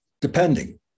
Depending